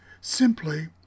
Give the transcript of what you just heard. simply